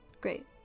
great